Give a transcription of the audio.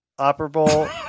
operable